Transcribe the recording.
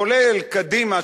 כולל קדימה,